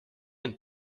and